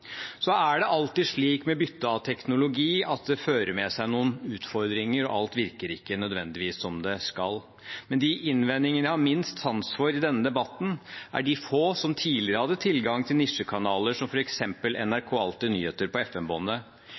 Så er det alltid slik med bytte av teknologi at det fører med seg noen utfordringer, og alt virker ikke nødvendigvis som det skal. Men de innvendingene jeg har minst sans for i denne debatten, er fra de få som tidligere hadde tilgang til nisjekanaler som f.eks. NRK Alltid nyheter på